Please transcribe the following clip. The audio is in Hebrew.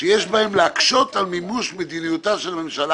שיש בהן להקשות על מימוש מדיניותה של ממשלה